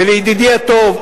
ולידידי הטוב,